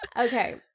Okay